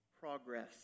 progress